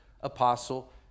apostle